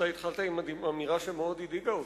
אתה התחלת עם אמירה שמאוד הדאיגה אותי,